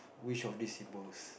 which of these symbols